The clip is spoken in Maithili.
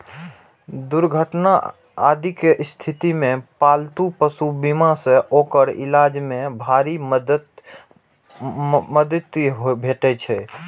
दुर्घटना आदिक स्थिति मे पालतू पशु बीमा सं ओकर इलाज मे भारी मदति भेटै छै